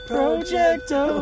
Projecto